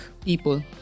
people